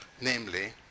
namely